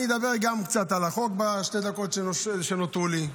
אני אדבר גם קצת על החוק, בשתי הדקות שנותרו לי.